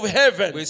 heaven